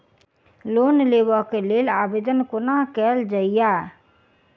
Loan लेबऽ कऽ लेल आवेदन कोना कैल जाइया?